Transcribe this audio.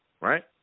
right